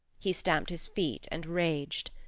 he stamped his feet and raged.